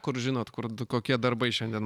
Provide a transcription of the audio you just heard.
kur žinot kur kokie darbai šiandien